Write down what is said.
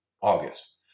August